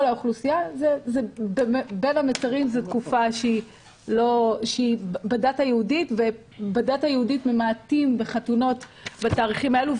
בין המצרים היא תקופה בדת היהודית ובה ממעטים בחתונות בתאריכים האלה.